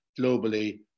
globally